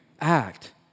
act